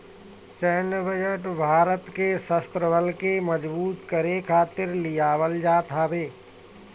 सैन्य बजट भारत के शस्त्र बल के मजबूत करे खातिर लियावल जात हवे